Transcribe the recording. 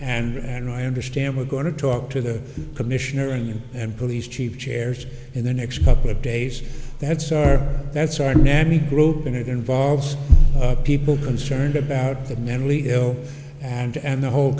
reminder and i understand we're going to talk to the commissioner and and police chief chairs in the next couple of days that's our that's our nabby group and it involves people concerned about the mentally ill and and the whole